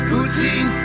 Putin